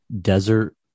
desert